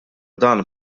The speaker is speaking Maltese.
dan